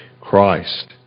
Christ